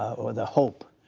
or the hope,